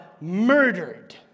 murdered